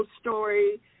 story